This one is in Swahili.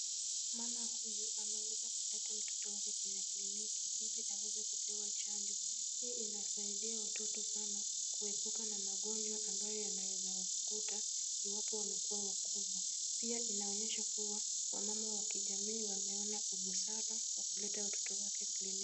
Mama huyu ameweza kuleta mtoto wake kwenye kliniki ili aweze kupewa chanjo. Hii inasaidia watoto sana kuepuka na magonjwa ambayo yanaweza wakuta iwapo wamekuwa wakubwa. Pia inaoonyesha kuwa wamama wa kijamii wameona ubusara wa kuleta watoto wake kliniki.